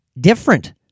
different